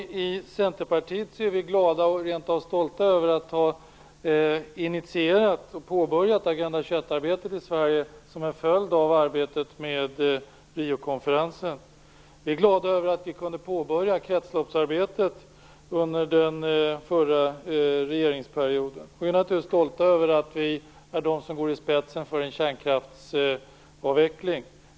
Vi i Centerpartiet är glada och rent av stolta över att ha initierat och påbörjat Agenda 21 arbetet i Sverige som en följd av arbetet med Riokonferensen. Vi är glada över att vi kunde påbörja kretsloppsarbetet under den förra regeringsperioden. Vi är naturligtvis stolta över att vi går i spetsen för en kärnkraftsavveckling.